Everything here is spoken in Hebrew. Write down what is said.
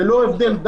ללא הבדל,